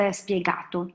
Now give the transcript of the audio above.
spiegato